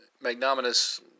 magnanimous